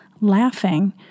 laughing